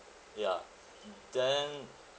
ya then